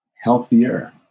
healthier